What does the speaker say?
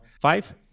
five